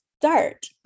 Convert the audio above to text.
start